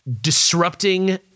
disrupting